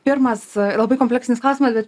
pirmas labai kompleksinis klausimas bet